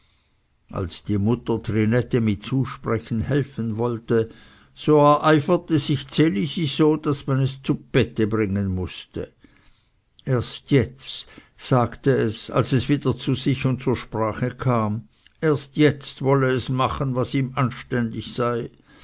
als die mutter trinette mit zusprechen helfen wollte so ereiferte sich ds elisi so daß man es zu bette bringen mußte erst jetzt sagte es als es wieder zu sich und zur sprache kam erst jetzt wolle es machen was ihm anständig sei